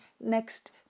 next